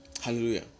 Hallelujah